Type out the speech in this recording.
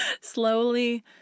Slowly